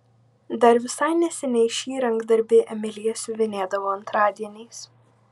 dar visai neseniai šį rankdarbį emilija siuvinėdavo antradieniais